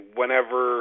whenever